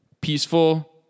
peaceful